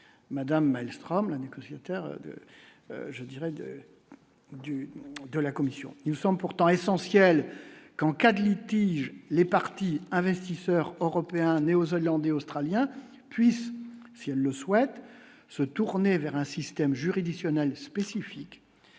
Madame Maelström, le négociateur de je dirais de du de la Commission nous sommes pourtant essentiel qu'en cas de litige les partis investisseurs européens Néozélandais, Australiens puissent, si elles le souhaitent se tourner vers un système juridictionnel spécifique,